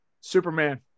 Superman